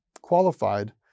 qualified